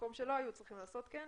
במקום שלא היו צריכים לעשות כן,